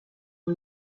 des